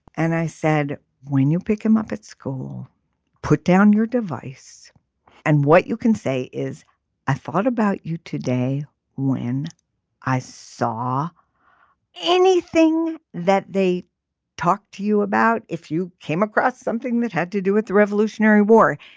and i said when you pick him up at school put down your device and what you can say is i thought about you today when i saw anything that they talk to you about if you came across something that had to do with the revolutionary war.